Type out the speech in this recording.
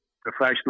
professional